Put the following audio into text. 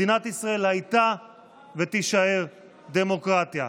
מדינת ישראל הייתה ותישאר דמוקרטיה.